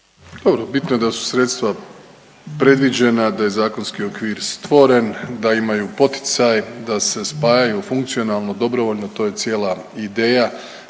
Dobro, bitno sa su sredstva predviđena, da je zakonski okvir stvoren, da imaju poticaj da se spajaju funkcionalno, dobrovoljno. To je cijela ideja.